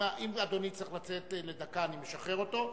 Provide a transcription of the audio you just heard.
אם אדוני צריך לצאת לדקה, אני משחרר אותו.